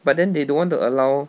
but then they don't want to allow